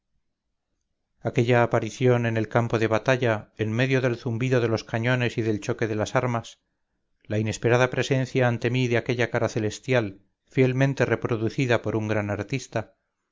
aquella aparición en el campo de batalla en medio del zumbido de los cañones y del choque de las armas la inesperada presencia ante mí de aquella cara celestial fielmente reproducida por un gran artista